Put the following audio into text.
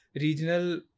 Regional